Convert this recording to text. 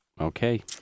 Okay